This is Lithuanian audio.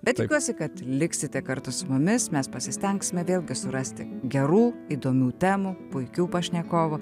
bet tikiuosi kad liksite kartu su mumis mes pasistengsime vėl surasti gerų įdomių temų puikių pašnekovų